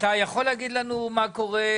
האם אתם יכול להגיד לנו מה קורה